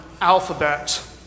alphabet